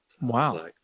wow